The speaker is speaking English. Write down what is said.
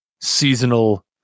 seasonal